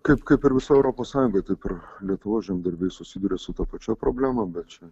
kaip kaip ir visoj europos sąjungoj taip ir lietuvos žemdirbiai susiduria su ta pačia problema bet čia